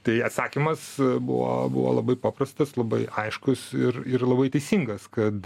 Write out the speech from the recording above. tai atsakymas buvo buvo labai paprastas labai aiškus ir ir labai teisingas kad